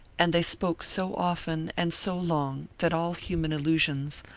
and they spoke so often and so long that all human illusions,